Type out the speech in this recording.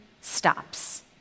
stops